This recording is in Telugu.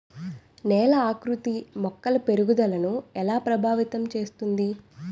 నేల ఆకృతి మొక్కల పెరుగుదలను ఎలా ప్రభావితం చేస్తుంది?